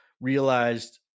realized